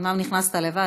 אומנם נכנסת לבד,